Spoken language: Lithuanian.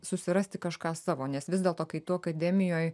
susirasti kažką savo nes vis dėlto kai tu akademijoj